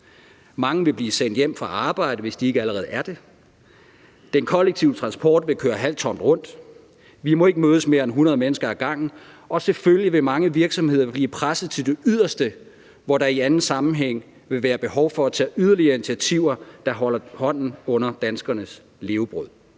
Mange vil blive sendt hjem fra arbejde, hvis de ikke allerede er det. Den kollektive transport vil køre halvtomt rundt. Vi må ikke mødes mere end 100 mennesker ad gangen. Og selvfølgelig vil mange virksomheder blive presset til det yderste, hvor der i anden sammenhæng vil være behov for at tage yderligere initiativer, der holder hånden under danskernes levebrød.